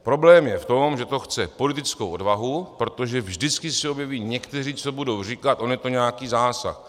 Problém je v tom, že to chce politickou odvahu, protože vždycky se objeví někteří, co budou říkat: on je to nějaký zásah.